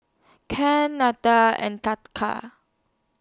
and